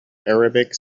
arabic